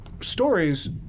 stories